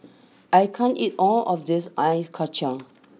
I can't eat all of this Ice Kacang